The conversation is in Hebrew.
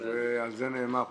על זה נאמר.